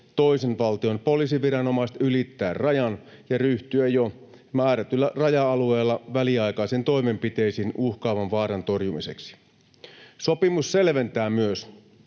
toisen valtion poliisiviranomaiset ylittää rajan ja ryhtyä jo määrätyllä raja-alueella väliaikaisiin toimenpiteisiin uhkaavan vaaran torjumiseksi. Sopimus selventää myös